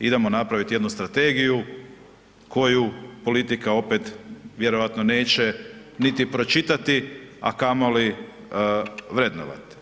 idemo napravit jednu strategiju koju politika opet vjerojatno neće niti pročitati, a kamoli vrednovati.